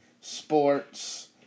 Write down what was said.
sports